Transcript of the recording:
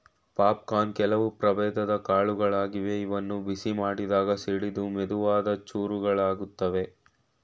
popcorn ಕೆಲವು ಪ್ರಭೇದದ್ ಕಾಳುಗಳಾಗಿವೆ ಇವನ್ನು ಬಿಸಿ ಮಾಡಿದಾಗ ಸಿಡಿದು ಮೆದುವಾದ ಚೂರುಗಳಾಗುತ್ವೆ